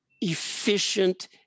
efficient